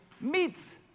meets